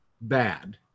bad